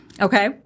Okay